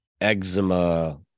eczema